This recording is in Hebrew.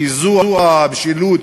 כי זו המשילות